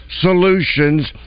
Solutions